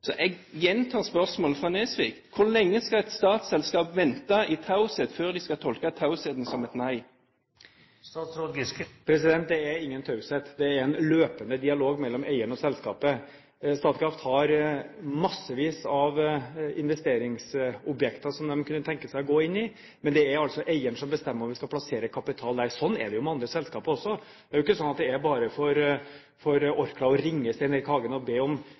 Så jeg gjentar spørsmålet fra Nesvik: Hvor lenge skal et statsselskap vente i taushet før de skal tolke tausheten som et nei? Det er ingen taushet, det er en løpende dialog mellom eieren og selskapet. Statkraft har massevis av investeringsobjekter som de kunne tenke seg å gå inn i, men det er altså eieren som bestemmer om vi skal plassere kapital der. Slik er det med andre selskaper også. Det er ikke slik at det er det bare for Orkla å ringe Stein Erik Hagen og be